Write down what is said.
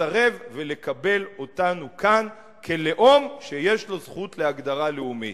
לסרב לקבל אותנו כאן כלאום שיש לו זכות להגדרה לאומית.